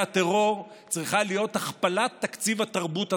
הטרור צריכה להיות הכפלת תקציב התרבות הצרפתי.